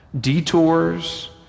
detours